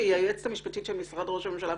שהיא היועצת המשפטית של משרד ראש הממשלה,